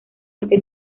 aunque